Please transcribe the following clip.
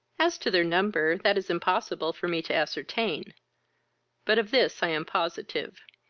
as to their number, that is impossible for me to ascertain but of this i am positive,